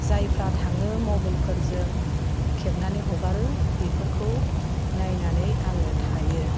जायफ्रा थाङो मबाइलफोरजों खेबनानै हगारो बेफोरखौ नायनानै आङो थायो